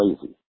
crazy